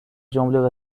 جمله